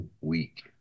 week